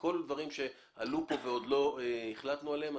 כל הדברים שעלו פה ועוד לא החלטנו עליהם,